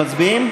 אתם מצביעים?